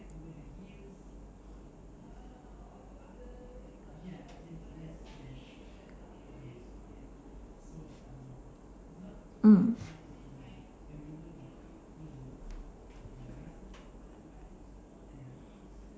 mm